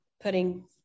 putting